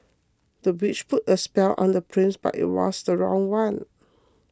the witch put a spell on the prince but it was the wrong one